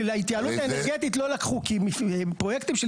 להתייעלות האנרגטית לא לקחו כי את הפרויקטים של